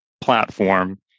platform